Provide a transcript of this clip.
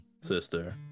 sister